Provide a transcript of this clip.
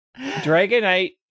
Dragonite